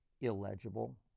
illegible